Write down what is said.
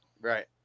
Right